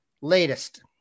Latest